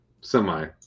Semi